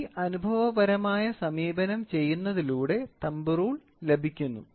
ഈ അനുഭവപരമായ സമീപനം ചെയ്യുന്നതിലൂടെ തമ്പ് റൂൾ ലഭിക്കുന്നു